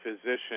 physician